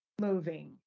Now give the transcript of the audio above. moving